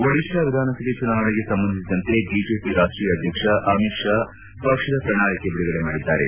ಓಡಿಶಾ ವಿಧಾನಸಭೆ ಚುನಾವಣೆಗೆ ಸಂಬಂಧಿಸಿದಂತೆ ಬಿಜೆಪಿ ರಾಷ್ಷೀಯ ಅಧ್ಯಕ್ಷ ಅಮಿತ್ ಶಾ ಪಕ್ಷದ ಪ್ರಣಾಳಿಕೆ ಬಿಡುಗಡೆ ಮಾಡಿದ್ದಾರೆ